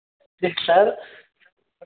please sir